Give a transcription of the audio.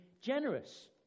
generous